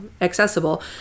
accessible